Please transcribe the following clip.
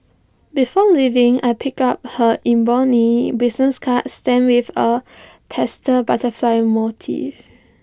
before leaving I pick up her ebony business card stamped with A pastel butterfly motif